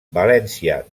valència